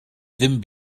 ddim